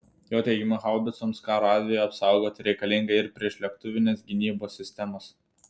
jo teigimu haubicoms karo atveju apsaugoti reikalinga ir priešlėktuvinės gynybos sistemos